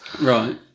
Right